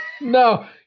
No